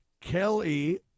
Kelly